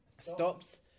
Stops